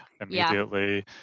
immediately